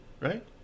Right